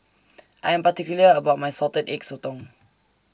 I Am particular about My Salted Egg Sotong